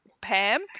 Pam